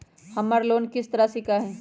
हमर लोन किस्त राशि का हई?